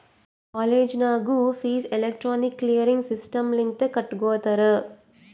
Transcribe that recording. college ನಾಗೂ fees electronic clearing system ಲಿಂತೆ ಕಟ್ಗೊತ್ತಾರ್